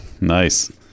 Nice